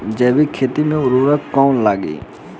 जैविक खेती मे उर्वरक कौन लागी?